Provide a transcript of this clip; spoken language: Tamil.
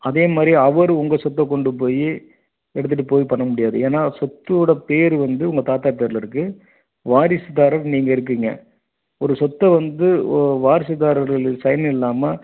அதே மாதிரி அவர் உங்கள் சொத்தை கொண்டு போய் எடுத்துகிட்டு போய் பண்ண முடியாது ஏன்னா சொத்து ஓட பேர் வந்து உங்கள் தாத்தா பேரில் இருக்கு வாரிசுதாரர் நீங்கள் இருக்கீங்க ஒரு சொத்தை வந்து வாரிசுதாரோட லி சைன் இல்லாமல்